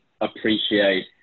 appreciate